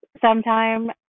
sometime